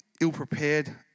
ill-prepared